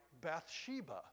Bathsheba